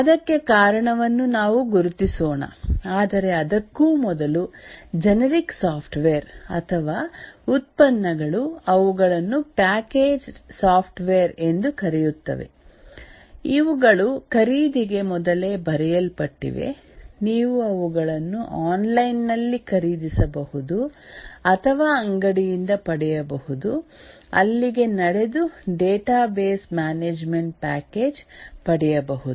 ಅದಕ್ಕೆ ಕಾರಣವನ್ನು ನಾವು ಗುರುತಿಸೋಣ ಆದರೆ ಅದಕ್ಕೂ ಮೊದಲು ಜೆನೆರಿಕ್ ಸಾಫ್ಟ್ವೇರ್ ಅಥವಾ ಉತ್ಪನ್ನಗಳು ಅವುಗಳನ್ನು ಪ್ಯಾಕೇಜ್ ಸಾಫ್ಟ್ವೇರ್ ಎಂದು ಕರೆಯುತ್ತವೆ ಇವುಗಳು ಖರೀದಿಗೆ ಮೊದಲೇ ಬರೆಯಲ್ಪಟ್ಟಿವೆ ನೀವು ಅವುಗಳನ್ನು ಆನ್ಲೈನ್ ನಲ್ಲಿ ಖರೀದಿಸಬಹುದು ಅಥವಾ ಅಂಗಡಿಯಿಂದ ಪಡೆಯಬಹುದು ಅಲ್ಲಿಗೆ ನಡೆದು ಡೇಟಾಬೇಸ್ ಮ್ಯಾನೇಜ್ಮೆಂಟ್ ಪ್ಯಾಕೇಜ್ ಪಡೆಯಬಹುದು